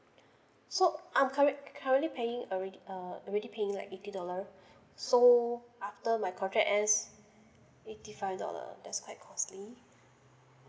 so I'm current currently paying already uh already paying like eighty dollar so after my contract end eighty five dollar that's quite costly